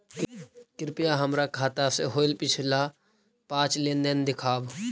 कृपा हमर खाता से होईल पिछला पाँच लेनदेन दिखाव